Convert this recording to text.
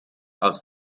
als